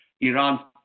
Iran